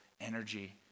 energy